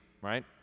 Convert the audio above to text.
right